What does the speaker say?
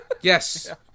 yes